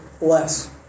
less